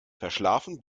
verschlafen